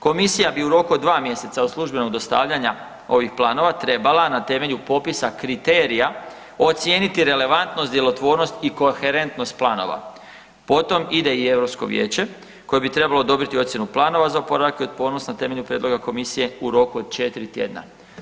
Komisija bi u roku od dva mjeseca od službenog dostavljanja ovih planova trebala na temelju popisa kriterija ocijeniti relevantnost, djelotvornost i koherentnost planova, potom ide i Europsko Vijeće koje bi trebalo odobriti ocjenu planova za oporavak i otpornost na temelju prijedloga Komisije u roku od četiri tjedna.